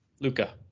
Luca